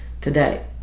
today